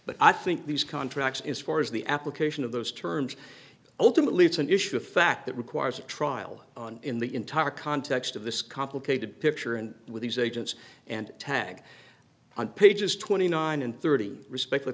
but i think these contracts as far as the application of those terms ultimately it's an issue of fact that requires a trial in the entire context of this complicated picture and with these agents and tag on pages twenty nine and thirty respect